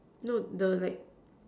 no the like